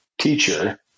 teacher